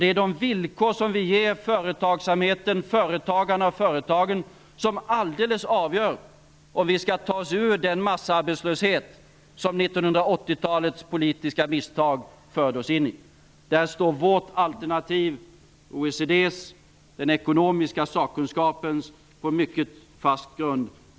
Det är de villkor som vi ger företagsamheten, företagarna och företagen som helt avgör om vi skall ta oss ur den massarbetslöshet som 1980-talets politiska misstag förde oss in i. Där står vårt, OECD:s och den ekonomiska sakkunskapens alternativ på mycket fast grund.